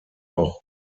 auch